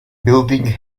building